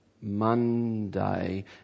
Monday